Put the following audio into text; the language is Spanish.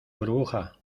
burbuja